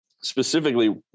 specifically